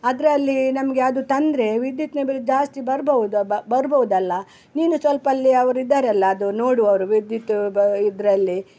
ಅದ್ರಲ್ಲಿ ನಮಗೆ ಅದು ತಂದರೆ ವಿದ್ಯುತ್ನ ಬಿಲ್ ಜಾಸ್ತಿ ಬರ್ಬೌದಾ ಬ ಬರ್ಬೌದಲ್ವ ನೀನು ಸ್ವಲ್ಪ ಅಲ್ಲಿ ಅವ್ರು ಇದ್ದಾರಲ್ವ ಅದು ನೋಡು ಅವರು ವಿದ್ಯುತ್ತು ಬ ಇದರಲ್ಲಿ